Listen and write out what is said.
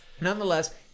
nonetheless